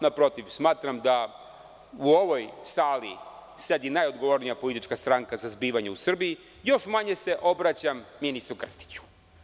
Naprotiv, smatram da u ovoj sali sedi najodgovornija politička stranka za zbivanja u Srbiji, još manje se obraćam ministru Krstiću.